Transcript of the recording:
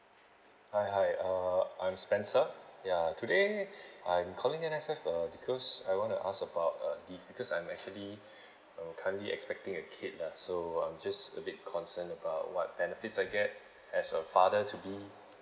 hi hi uh I'm spencer ya today I'm calling M_S_F uh because I want to ask about uh leave because I'm actually uh currently expecting a kid lah so I'm just a bit concerned about what benefit I get as a father to be